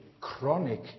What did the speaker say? chronic